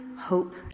hope